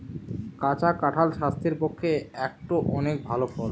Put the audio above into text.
কাঁচা কাঁঠাল স্বাস্থ্যের পক্ষে একটো অনেক ভাল ফল